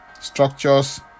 structures